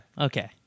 Okay